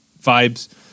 vibes